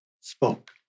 spoke